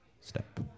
step